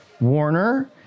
Warner